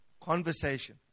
conversation